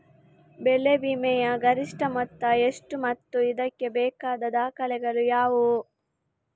ಬೆಳೆ ವಿಮೆಯ ಗರಿಷ್ಠ ಮೊತ್ತ ಎಷ್ಟು ಮತ್ತು ಇದಕ್ಕೆ ಬೇಕಾದ ದಾಖಲೆಗಳು ಯಾವುವು?